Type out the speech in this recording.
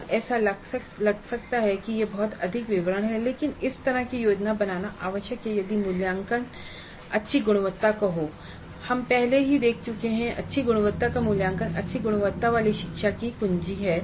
अब ऐसा लग सकता है कि यह बहुत अधिक विवरण है लेकिन इस तरह की योजना बनाना आवश्यक है यदि मूल्यांकन अच्छी गुणवत्ता का हो और हम पहले ही देख चुके हैं कि अच्छी गुणवत्ता का मूल्यांकन अच्छी गुणवत्ता वाली शिक्षा की कुंजी है